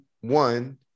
One